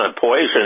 poison